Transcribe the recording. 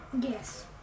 Yes